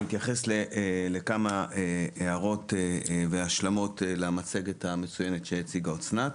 אני אתן כמה הערות והשלמות למצגת המצוינת שהציגה אסנת.